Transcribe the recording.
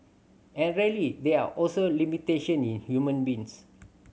and really there are also limitation in human beings